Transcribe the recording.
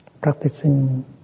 practicing